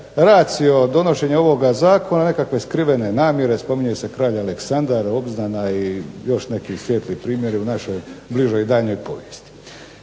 racio od donošenja ovoga zakona nekakve skrivene namjere, spominje se kralj Aleksandar, obznana i još neki svijetli primjeri u našoj bližoj i daljoj povijesti.